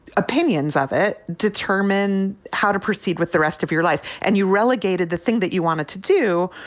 opinions of it determine how to proceed with the rest of your life. and you relegated the thing that you wanted to do,